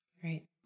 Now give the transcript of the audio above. Great